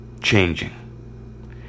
changing